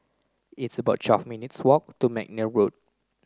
it's about twelve minutes' walk to McNair Road